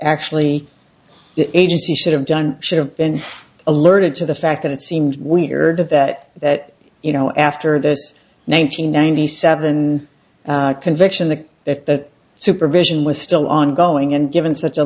actually the agency should have done should have been alerted to the fact that it seems weird of that that you know after this nine hundred ninety seven conviction the if the supervision was still ongoing and given such a